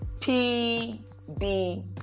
PB